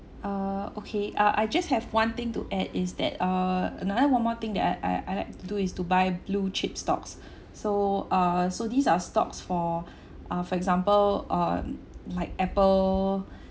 err okay uh I just have one thing to add is that uh another one more thing that I I I like do is to buy blue chip stocks so err so these are stocks for uh for example uh like apple